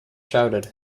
shouted